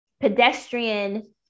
pedestrian